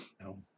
No